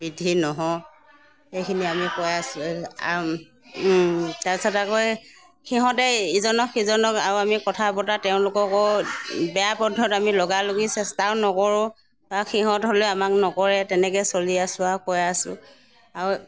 বৃদ্ধি নহওঁ সেইখিনি আমি কৈ আছোঁ আৰু তাৰপিছত আকৌ এই সিহঁতে ইজনক সিজনক আৰু আমি কথা বতৰা তেওঁলোককো বেয়া পন্থত আমি লগা লগি চেষ্টাও নকৰোঁ বা সিহঁত হ'লে আমাক নকৰে তেনেকৈ চলি আছোঁ আৰু কৰি আছোঁ আৰু